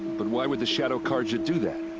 but why would the shadow carja do that?